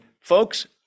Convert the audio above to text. folks